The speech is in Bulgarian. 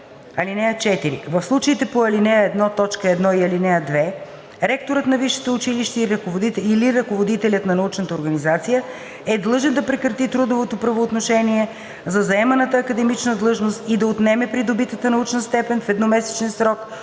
4 и 5: „(4) В случаите по ал. 1, т. 1 и ал. 2 ректорът на висшето училище или ръководителят на научната организация е длъжен да прекрати трудовото правоотношение за заеманата академична длъжност и да отнеме придобитата научна степен в едномесечен срок